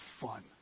fun